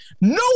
No